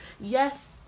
yes